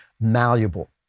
malleable